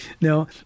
Now